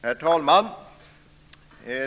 Herr talman!